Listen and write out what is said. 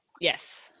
Yes